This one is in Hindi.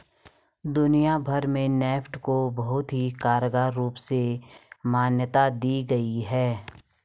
दुनिया भर में नेफ्ट को बहुत ही कारगर रूप में मान्यता दी गयी है